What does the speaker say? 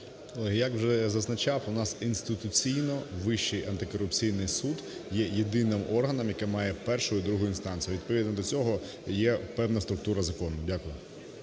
Колеги, як вже зазначав, в нас інституційно Вищий антикорупційний суд є єдиним органом, який має першу і другу інстанцію. Відповідно до цього є певна структура закону. Дякую.